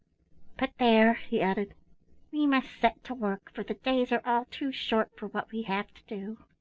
but there, he added we must set to work, for the days are all too short for what we have to do.